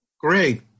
Great